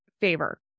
favor